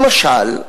למשל,